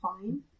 fine